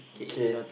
okay